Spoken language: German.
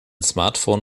smartphone